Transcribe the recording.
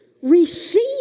receive